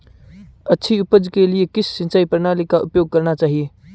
अच्छी उपज के लिए किस सिंचाई प्रणाली का उपयोग करना चाहिए?